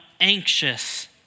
anxious